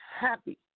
happy